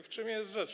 W czym jest rzecz?